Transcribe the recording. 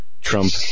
Trump